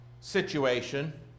situation